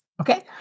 Okay